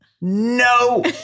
no